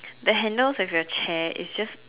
the handles of your chair is just